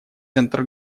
центр